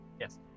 Yes